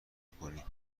کنید